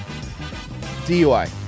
DUI